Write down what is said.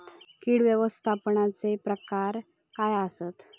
कीड व्यवस्थापनाचे प्रकार काय आसत?